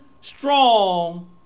strong